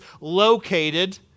located